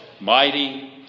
mighty